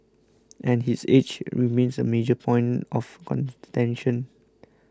and his age remains a major point of contention